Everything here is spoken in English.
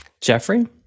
Jeffrey